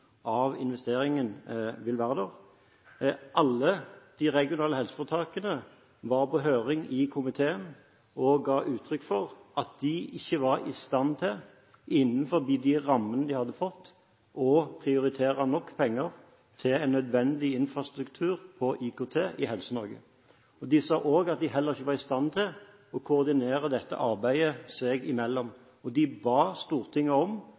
av investeringen vil være der. Alle de regionale helseforetakene var på høring i komiteen og ga uttrykk for at de ikke var i stand til, innenfor de rammene de hadde fått, å prioritere nok penger til nødvendig infrastruktur når det gjelder IKT i Helse-Norge. Det sa også at de heller ikke var i stand til å koordinere dette arbeidet seg imellom, og ba Stortinget om